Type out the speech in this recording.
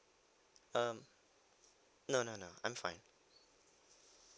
um no no no I'm fine